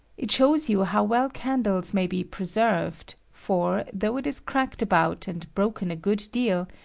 it shows you how well candles may be preserved for, though it is cracked about and broken a good deal,